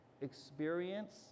experience